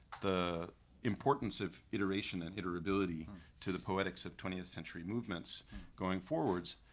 the importance of iteration and iterability to the poetics of twentieth-century movements going forwards.